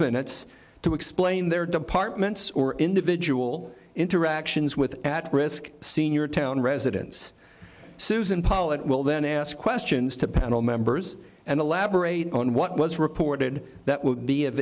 minutes to explain their departments or individual interactions with at risk senior town residents susan polit will then ask questions to panel members and elaborate on what was reported that would be of